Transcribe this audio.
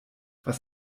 was